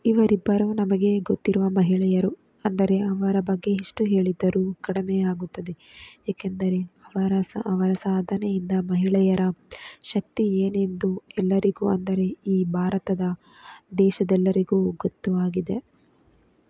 ಇವರಿಬ್ಬರು ನಮಗೆ ಗೊತ್ತಿರುವ ಮಹಿಳೆಯರು ಅಂದರೆ ಅವರ ಬಗ್ಗೆ ಎಷ್ಟು ಹೇಳಿದ್ದರು ಕಡಿಮೆ ಆಗುತ್ತದೆ ಏಕೆಂದರೆ ಅವರ ಸಾ ಅವರ ಸಾಧನೆಯನ್ನು ಮಹಿಳೆಯರ ಶಕ್ತಿ ಏನೆಂದು ಎಲ್ಲರಿಗೂ ಅಂದರೆ ಈ ಭಾರತದ ದೇಶದೆಲ್ಲರಿಗೂ ಗೊತ್ತು ಆಗಿದೆ